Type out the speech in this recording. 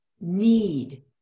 need